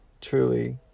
Truly